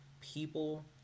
people